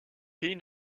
pays